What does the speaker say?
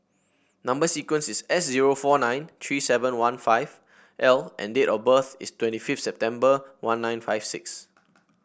number sequence is S zero four nine three seven one five L and date of birth is twenty fifth September one nine five six